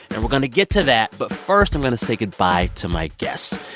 and we're going to get to that. but first, i'm going to say goodbye to my guests.